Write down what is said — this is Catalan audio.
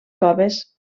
coves